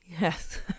Yes